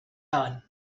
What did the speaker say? down